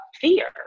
fear